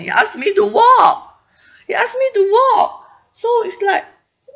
he asked me to walk he asked me to walk so it's like